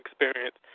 experience